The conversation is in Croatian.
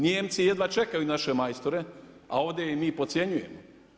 Njemci jedva čekaju naše majstore, a ovdje ih mi podcjenjujemo.